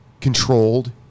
controlled